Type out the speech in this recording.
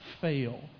fail